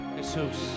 Jesus